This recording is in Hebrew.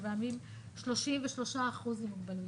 שמהווים 33% עם מוגבלויות.